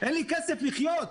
אין לי כסף לחיות.